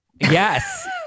Yes